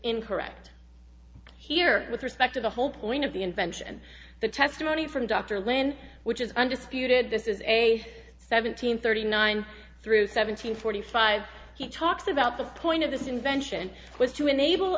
incorrect here with respect to the whole point of the invention and the testimony from dr lynn which is under spirited this is a seventeen thirty nine through seven hundred forty five he talks about the point of this invention was to enable